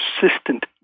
persistent